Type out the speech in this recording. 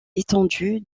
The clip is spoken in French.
étendue